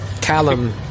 Callum